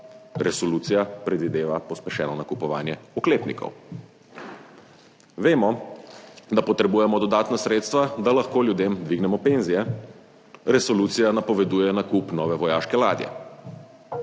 resolucija predvideva pospešeno nakupovanje oklepnikov. Vemo, da potrebujemo dodatna sredstva, da lahko ljudem dvignemo penzije, resolucija napoveduje nakup nove vojaške ladje.